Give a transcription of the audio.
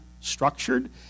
structured